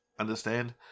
Understand